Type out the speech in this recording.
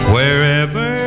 Wherever